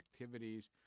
activities